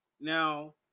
Now